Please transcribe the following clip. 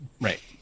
Right